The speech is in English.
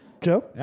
Joe